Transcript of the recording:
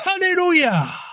Hallelujah